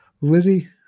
Lizzie